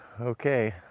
Okay